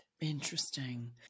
Interesting